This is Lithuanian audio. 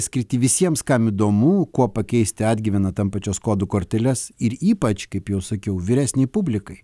skirti visiems kam įdomu kuo pakeisti atgyvena tampančias kodų korteles ir ypač kaip jau sakiau vyresnei publikai